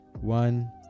one